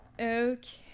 Okay